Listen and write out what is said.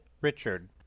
Richard